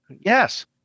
Yes